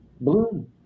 bloom